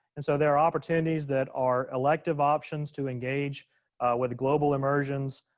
and so there are opportunities that are elective options to engage with global immersions,